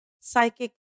psychic